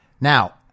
Now